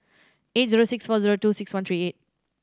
eight zero six four zero two six one three eight